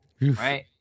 right